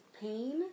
pain